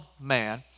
man